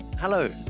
Hello